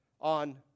on